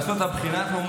הם יעשו את הבחינה כמוהם.